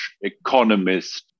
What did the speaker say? economist